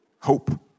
hope